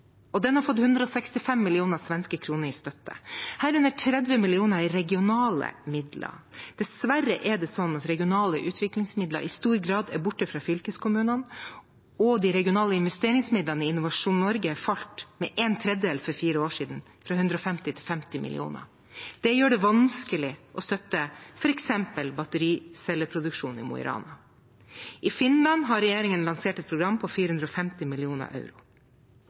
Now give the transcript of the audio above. og den har fått 165 mill. svenske kroner i støtte, herunder 30 mill. i regional midler. Dessverre ar det slik at regionale utviklingsmidler i stor grad er borte fra fylkeskommunene, og de regionale investeringsmidlene i Innovasjon Norge falt til en tredjedel for fire år siden, fra 150 mill. kr til 50 mill. kr. Det gjør det vanskelig å støtte f.eks. battericelleproduksjon i Mo i Rana. I Finland har regjeringen lansert et program på 450 mill. euro.